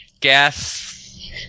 Gas